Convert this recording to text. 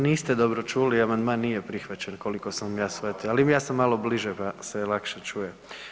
Niste dobro čuli, amandman nije prihvaćen, koliko sam ja shvatio, ali ja sam malo bliže pa se lakše čuje.